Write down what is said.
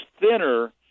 thinner